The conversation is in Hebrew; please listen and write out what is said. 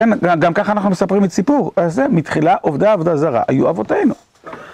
כן, גם ככה אנחנו מספרים את סיפור הזה, מתחילה עובדי עבודה זרה, היו אבותינו.